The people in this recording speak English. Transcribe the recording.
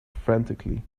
frantically